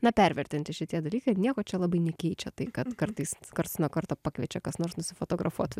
na pervertinti šitie dalykai ir nieko čia labai nekeičia tai kad kartais karts nuo karto pakviečia kas nors nusifotografuot